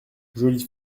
jolies